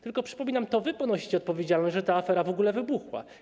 Tylko przypominam: to wy ponosicie odpowiedzialność, że ta afera w ogóle wybuchła.